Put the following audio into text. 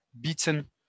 beaten